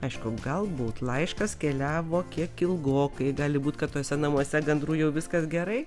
aišku galbūt laiškas keliavo kiek ilgokai gali būti kad tuose namuose gandrų jau viskas gerai